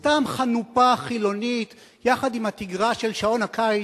סתם חנופה חילונית יחד עם התגרה של שעון הקיץ,